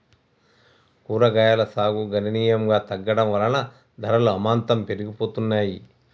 కూరగాయలు సాగు గణనీయంగా తగ్గడం వలన ధరలు అమాంతం పెరిగిపోతున్నాయి